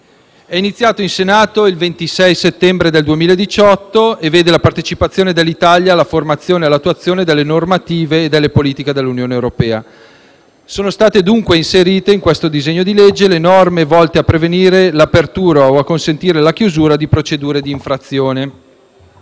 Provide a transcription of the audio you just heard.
è iniziato in Senato il 26 settembre 2018 l'*iter* del provvedimento che vede la partecipazione dell'Italia alla formazione e all'attuazione delle normative e delle politiche dell'Unione europea. Sono state dunque inserite nel disegno di legge le norme volte a prevenire l'apertura o a consentire la chiusura di procedure di infrazione.